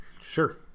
Sure